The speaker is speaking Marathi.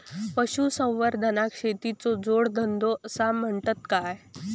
पशुसंवर्धनाक शेतीचो जोडधंदो आसा म्हणतत काय?